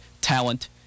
talent